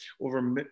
over